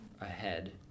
ahead